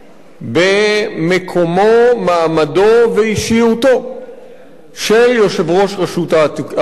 במקומו, מעמדו ואישיותו של יושב-ראש רשות העתיקות,